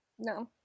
No